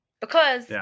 Because-